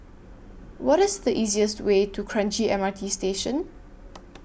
What IS The easiest Way to Kranji M R T Station